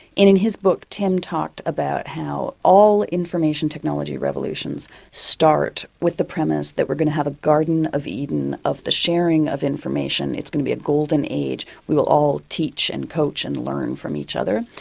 in in his book tim talked about how all information technology revolutions start with the premise that we're going to have a garden of eden of the sharing of information. it's going to be a golden age. we will all teach and coach and learn from each other.